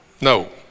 No